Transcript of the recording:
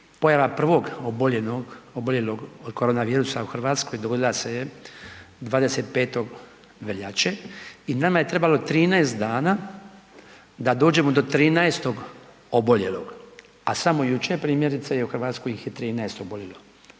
oboljenog, oboljelog od korona virusa u Hrvatskoj dogodila se je 25. veljače i nama je trebalo 13 dana da dođemo do 13-og oboljelog, a samo jučer primjerice je u Hrvatskoj ih je 13 oboljelo.